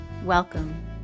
Welcome